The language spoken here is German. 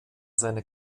seine